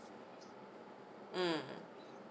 mm